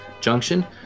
Junction